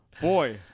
Boy